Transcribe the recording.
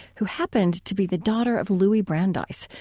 who happened to be the daughter of louis brandeis,